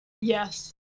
yes